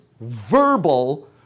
verbal